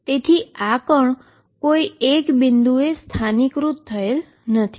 તેથી આ પાર્ટીકલ કોઈ એક બિંદુ એ લોકઈઝડ થયેલ છે